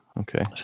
Okay